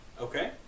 Okay